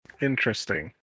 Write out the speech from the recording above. Interesting